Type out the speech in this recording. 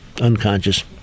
unconscious